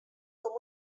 com